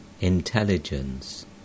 intelligence